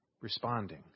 Responding